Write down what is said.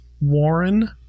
Warren